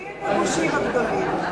מיהם הגושים הגדולים?